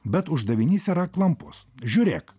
bet uždavinys yra klampus žiūrėk